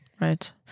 Right